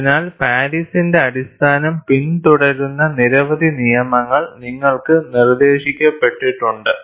അതിനാൽ പാരീസിന്റെ അടിസ്ഥാനം പിന്തുടരുന്ന നിരവധി നിയമങ്ങൾ നിങ്ങൾക്ക് നിർദ്ദേശിക്കപ്പെട്ടിട്ടുണ്ട്